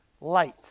light